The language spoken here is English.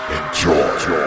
Enjoy